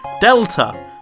Delta